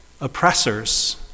Oppressors